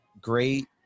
Great